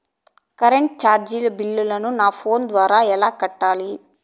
Current చార్జీల బిల్లును, నా ఫోను ద్వారా ఎలా కట్టాలి?